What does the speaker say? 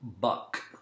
Buck